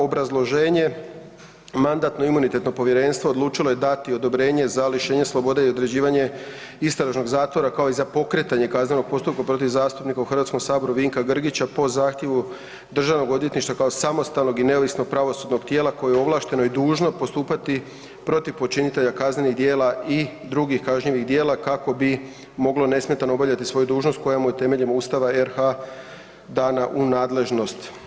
Obrazloženje: Mandatno-imunitetno povjerenstvo odlučilo je dati odobrenja za lišenje slobode i određivanje istražnog zatvora kao i za pokretanje kaznenog postupka protiv zastupnika u HS-u Vinka Grgića po zahtjevu DORH-a kao samostalnog i neovisnog pravosudnog tijela koje je ovlašteno i dužno postupati protiv počinitelja kaznenih djela i drugih kažnjivih djela kako bi moglo nesmetano obavljati svoju dužnost koja mu je temeljen Ustava RH dana u nadležnost.